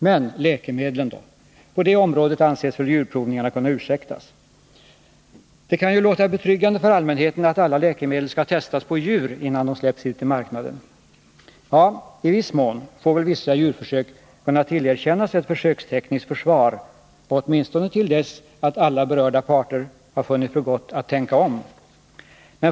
Men läkemedlen då — på det området anses väl djurprovningarna kunna ursäktas? Det kan ju låta betryggande för allmänheten att alla läkemedel skall testas på djur, innan de släpps ut på marknaden. Ja, i viss mån får väl vissa djurförsök kunna tillerkännas ett försökstekniskt försvar — åtminstone till dess att alla berörda parter har funnit för gott att tänka om.